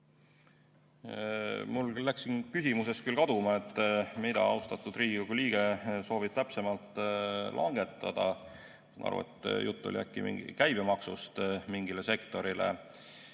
Mul läks nüüd küll kaduma, mida austatud Riigikogu liige soovib täpsemalt langetada. Ma arvan, et jutt oli äkki käibemaksust mingis sektoris.